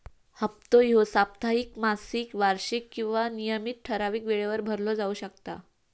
हप्तो ह्यो साप्ताहिक, मासिक, वार्षिक किंवा नियमित ठरावीक वेळेवर भरलो जाउ शकता